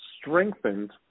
strengthened